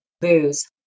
booze